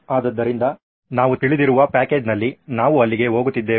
ಆದ್ದರಿಂದ ನಾವು ತಿಳಿದಿರುವ ಪ್ಯಾಕೇಜ್ ನಲ್ಲಿ ನಾವು ಅಲ್ಲಿಗೆ ಹೋಗುತ್ತಿದ್ದೇವೆ